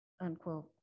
unquote